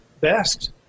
best